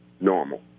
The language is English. normal